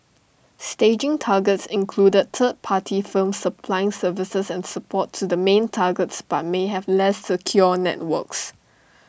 staging targets included third party firms supplying services and support to the main targets but may have less secure networks